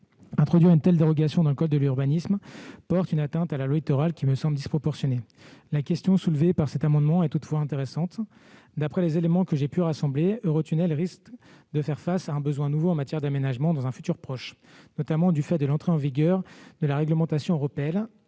introduire une telle dérogation dans le code de l'urbanisme porterait une atteinte à la loi Littoral qui me semble disproportionnée. La question soulevée par cet amendement est toutefois intéressante : d'après les éléments que j'ai pu rassembler, Eurotunnel risque de faire face à des besoins nouveaux en matière d'aménagement dans un futur proche, notamment en raison de l'entrée en vigueur de la réglementation européenne,